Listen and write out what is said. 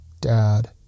dad